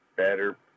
better